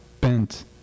bent